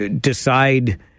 decide